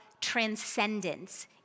transcendence